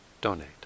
donate